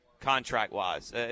contract-wise